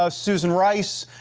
ah susan rice,